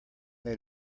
they